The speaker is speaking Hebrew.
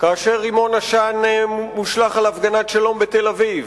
כאשר רימון עשן מושלך על הפגנת שלום בתל-אביב,